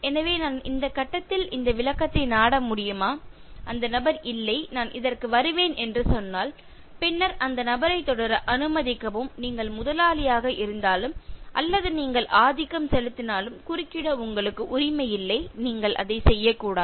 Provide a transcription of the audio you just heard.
எனவே இந்த கட்டத்தில் நான் இந்த விளக்கத்தை நாட முடியுமா அந்த நபர் இல்லை நான் இதற்கு வருவேன் என்று சொன்னால் பின்னர் அந்த நபரைத் தொடர அனுமதிக்கவும் நீங்கள் முதலாளியாக இருந்தாலும் அல்லது நீங்கள் ஆதிக்கம் செலுத்தினாலும் குறுக்கிட உங்களுக்கு உரிமை இல்லை நீங்கள் அதை செய்யக்கூடாது